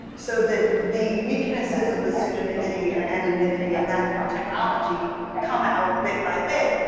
so that the weaknesses of the pseudonymity and anonymity of that new technology come out bit by bit.